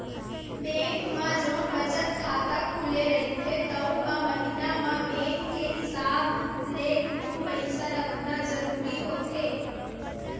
bank म जउन बचत खाता खुले रहिथे तउन म महिना म बेंक के हिसाब ले कुछ पइसा रखना जरूरी होथे